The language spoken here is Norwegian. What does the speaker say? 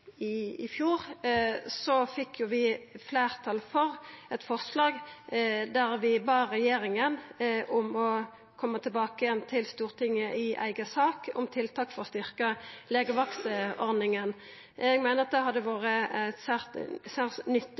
Senterpartiet i fjor, fekk vi fleirtal for eit forslag der vi bad regjeringa om å koma tilbake til Stortinget med ei eiga sak om tiltak for å styrkja legevaktordninga. Eg meiner det hadde vore eit særs nyttig